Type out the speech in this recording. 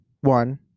one